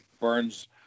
Burns